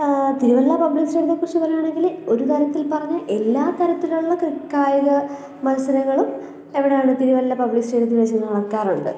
Thiruvalla public സ്റ്റേഡിയത്തെക്കുറിച്ച് പറയാണെങ്കിൽ ഒരു തരത്തിൽ പറഞ്ഞാൽ എല്ലാ തരത്തിലുള്ള ക്രിക് കായിക മത്സരങ്ങളും എവിടെയാണ് തിരുവല്ല പബ്ലിക് സ്റ്റേഡിയത്തിൽ വെച്ചു നടത്താറുണ്ട്